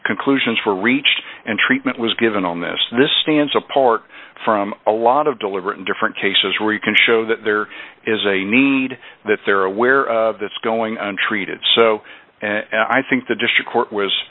conclusions were reached and treatment was given on this this stands apart from a lot of deliberate and different cases where you can show that there is a need that they're aware of this going on treated so i think the district court was